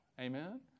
Amen